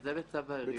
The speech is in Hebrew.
זה בצו העיריות.